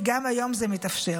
כי גם היום זה מתאפשר.